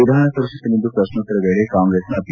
ವಿಧಾನಪರಿಷತ್ತಿನಲ್ಲಿಂದು ಪ್ರಶೋತ್ತರ ವೇಳೆ ಕಾಂಗ್ರೆಸ್ನ ಪಿ